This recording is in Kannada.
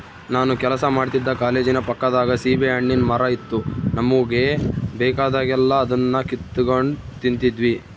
ನಾನು ಕೆಲಸ ಮಾಡ್ತಿದ್ದ ಕಾಲೇಜಿನ ಪಕ್ಕದಾಗ ಸೀಬೆಹಣ್ಣಿನ್ ಮರ ಇತ್ತು ನಮುಗೆ ಬೇಕಾದಾಗೆಲ್ಲ ಅದುನ್ನ ಕಿತಿಗೆಂಡ್ ತಿಂತಿದ್ವಿ